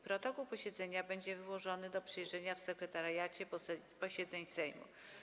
Protokół posiedzenia będzie wyłożony do przejrzenia w Sekretariacie Posiedzeń Sejmu.